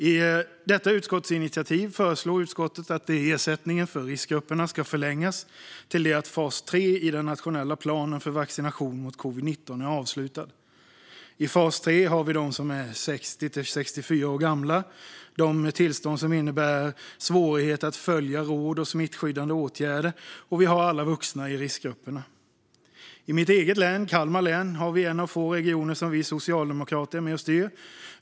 I detta utskottsinitiativ föreslår utskottet att ersättningen för riskgrupperna ska förlängas tills fas 3 i den nationella planen för vaccination mot covid-19 är avslutad. I fas 3 vaccineras de som är 60-64 år gamla och personer med tillstånd som innebär svårigheter att följa råd om smittskyddande åtgärder och dessutom alla vuxna som tillhör riskgrupperna. Mitt eget län, Kalmar län, är en av få regioner som vi socialdemokrater är med och styr.